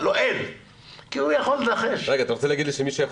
אתה רוצה להגיד שהממונה על שוק הביטוח